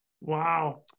wow